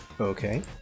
Okay